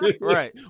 right